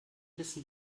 wissen